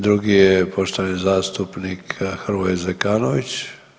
Drugi je poštovani zastupnik Hrvoje Zekanović.